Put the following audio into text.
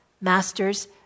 masters